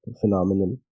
phenomenal